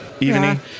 Evening